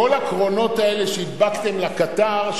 כל הקרונות האלה שהדבקתם לקטר,